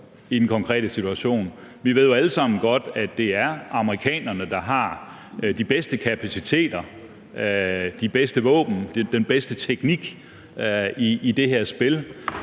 i den konkrete situation? Vi ved jo alle sammen godt, at det er amerikanerne, der har de bedste kapaciteter, de bedste våben, den bedste teknik i det her spil.